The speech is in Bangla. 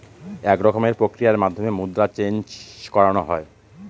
এক রকমের প্রক্রিয়ার মাধ্যমে মুদ্রা চেন্জ করানো হয়